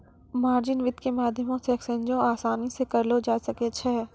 margin वित्त के माध्यमो से एक्सचेंजो असानी से करलो जाय सकै छै